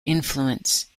influence